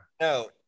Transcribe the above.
No